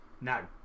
now